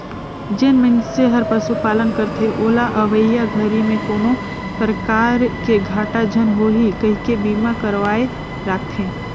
जेन मइनसे हर पशुपालन करथे ओला अवईया घरी में कोनो परकार के घाटा झन होही कहिके बीमा करवाये राखथें